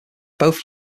both